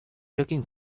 looking